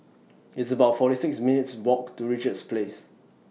It's about forty six minutes' Walk to Richards Place